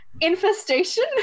Infestation